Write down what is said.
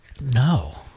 No